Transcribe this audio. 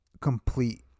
complete